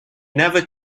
never